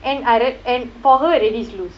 and and for her already is loose